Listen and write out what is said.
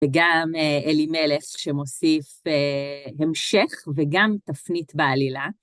וגם אלי מלף שמוסיף המשך וגם תפנית בעלילה.